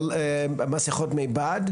אבל מסכות מבד,